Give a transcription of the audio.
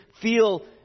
feel